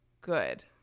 good